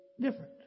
different